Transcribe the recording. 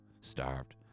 starved